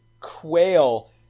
quail